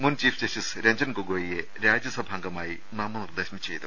മുൻ chief justice Ranjan ഗൊഗോയിയെ രാജ്യസഭാംഗമായി നാമനിർദ്ദേശം ചെയ്തു